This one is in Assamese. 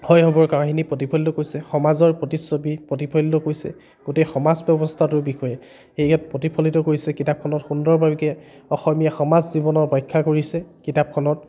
শৈশৱৰ কহিনী প্ৰতিফলিত কৰিছে সমাজৰ প্ৰতিচ্ছবি প্ৰতিফলিত কৰিছে গোটেই সমাজ ব্যৱস্থাটোৰ বিষয়ে সেই ইয়াত প্ৰতিফলিত কৰিছে কিতাপখনত সুন্দৰভাৱে অসমীয়া সমাজ জীৱনৰ ব্যাখ্যা কৰিছে কিতাপখনত